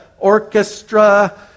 orchestra